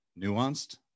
nuanced